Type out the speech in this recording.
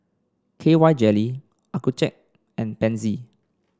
K Y Jelly Accucheck and Pansy